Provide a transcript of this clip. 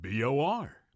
BOR